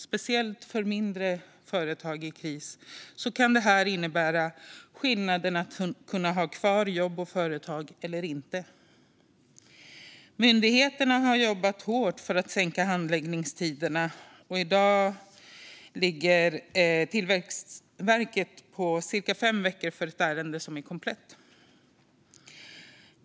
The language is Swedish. Speciellt för mindre företag i kris kan detta innebära skillnaden mellan att kunna ha kvar jobb och företag och att inte kunna det. Myndigheterna har jobbat hårt för att förkorta handläggningstiderna, och i dag ligger de hos Tillväxtverket på cirka fem veckor för ett ärende som är komplett.